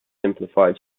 simplified